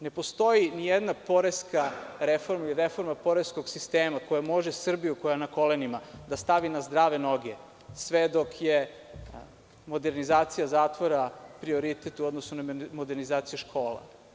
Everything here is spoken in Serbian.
Ne postoji ni jedna poreska reforma ili reforma poreskog sistema koja može Srbiju koja je na kolenima da stavi na zdrave noge sve dok je modernizacija zatvora prioritet u odnosu na modernizaciju škola.